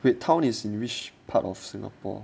wait town is in which part of singapore